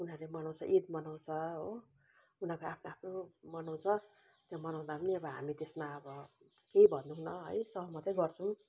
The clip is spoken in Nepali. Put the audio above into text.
उनीहरूले मनाउँछ इद मनाउँछ हो उनीहरूको आफ्नो आफ्नो मनाउँछ त्यहाँ मनाउँदा पनि अब हामी त्यसमा अब केही भन्दैनौँ है सहमतै गर्छौँ